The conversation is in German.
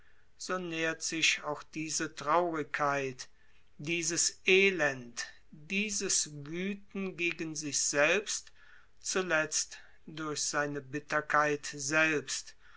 so nährt sich auch diese traurigkeit dieses elend dieses wüthen gegen sich selbst zuletzt durch seine bitterkeit selbst